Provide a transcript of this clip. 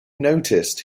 noticed